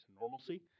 normalcy